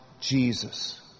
Jesus